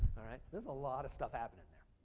all right? there's a lot of stuff happening there.